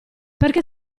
perché